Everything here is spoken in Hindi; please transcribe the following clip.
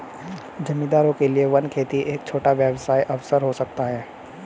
जमींदारों के लिए वन खेती एक छोटा व्यवसाय अवसर हो सकता है